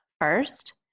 first